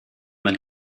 man